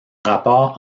rapport